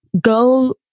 go